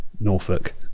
Norfolk